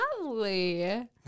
Lovely